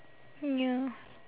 ya